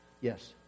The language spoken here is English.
Yes